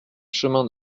chemin